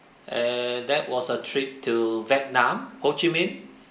eh that was a trip to vietnam ho chi minh